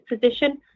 position